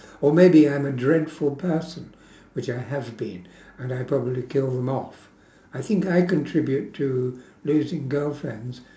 or maybe I am a dreadful person which I have been and I probably kill them off I think I contribute to losing girlfriends